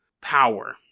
power